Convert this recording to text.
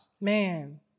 man